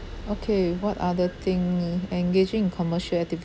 okay what other thing engaging in commercial activities